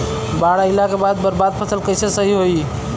बाढ़ आइला के बाद बर्बाद फसल कैसे सही होयी?